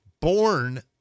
born